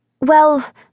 Well